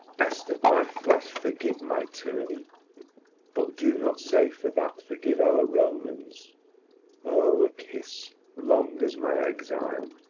best of my flesh, forgive my tyranny but do not say, for that, forgive our romans o, a kiss long as my exile,